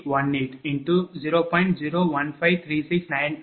4859452 0